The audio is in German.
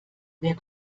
wer